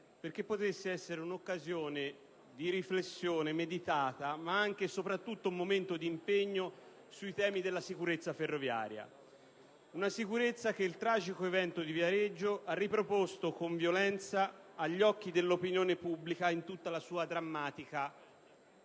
perché potesse essere un'occasione di riflessione meditata, ma anche e soprattutto un momento di impegno sui temi della sicurezza ferroviaria. Una sicurezza che il tragico evento di Viareggio ha riproposto con violenza agli occhi dell'opinione pubblica in tutta la sua drammatica